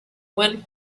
one